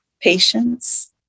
Patience